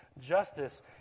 Justice